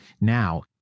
now